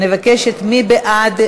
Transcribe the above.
אני מבקשת, מי בעד?